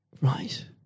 Right